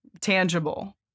tangible